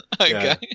okay